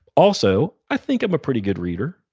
also, i think i'm a pretty good reader.